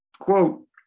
quote